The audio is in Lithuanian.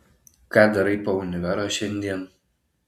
ką darai po univero šiandien